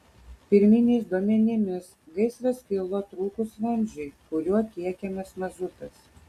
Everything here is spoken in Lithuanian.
pirminiais duomenimis gaisras kilo trūkus vamzdžiui kuriuo tiekiamas mazutas